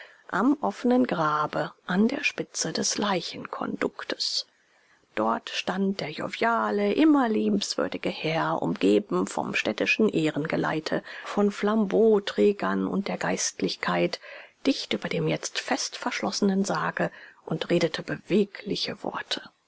am offenen grabe an der spitze des leichenkonduktes dort stand der joviale immer liebenswürdige herr umgeben vom städtischen ehrengeleite von flambeauträgern und der geistlichkeit dicht über dem jetzt fest verschlossenen sarge und redete bewegliche worte